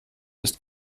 ist